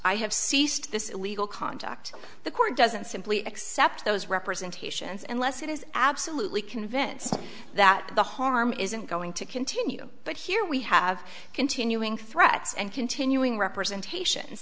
i have ceased this illegal conduct the court doesn't simply accept those representations and less it is absolutely convinced that the harm isn't going to continue but here we have continuing threats and continuing representation